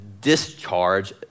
discharge